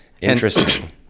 interesting